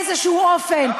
באיזה אופן,